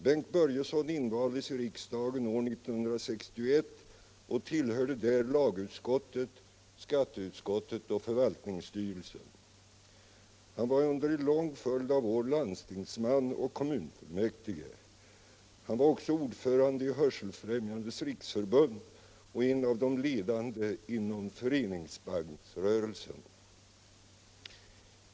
Bengt Börjesson invaldes i riksdagen år 1961 och tillhörde lagutskottet, skatteutskottet och förvaltningsstyrelsen. Han var under en lång följd av år landstingsman och kommunfullmäktig. Han var också ordförande i Hörselfrämjandets riksförbund och en av de ledande inom föreningsbanksrörelsen.